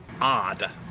odd